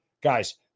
guys